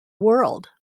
world